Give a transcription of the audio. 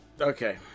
Okay